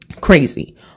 Crazy